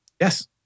Yes